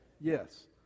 Yes